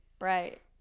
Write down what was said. right